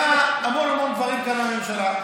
המון המון דברים קרו לממשלה.